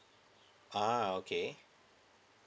uh okay